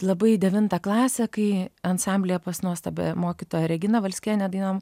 labai devintą klasę kai ansamblyje pas nuostabiąją mokytoją reginą valskienę dainavom